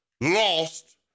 lost